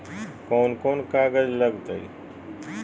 कौन कौन कागज लग तय?